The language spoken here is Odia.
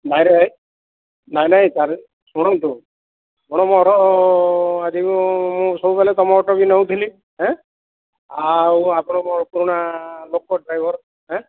ନାଇଁ ରେ ଭାଇ ନାଇଁ ନାଇଁ ଶୁଣନ୍ତୁ ମୁଁ ମୋର ଆଜିକୁ ସବୁବେଳେ ତୁମ ଅଟୋ ବି ନେଉଥିଲି ଆଉ ଆପଣ ପୁରୁଣା ଲୋକ ଡ୍ରାଇଭର